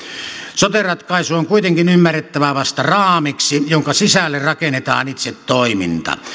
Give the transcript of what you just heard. sote ratkaisu on kuitenkin ymmärrettävä vasta raamiksi jonka sisälle rakennetaan itse toiminta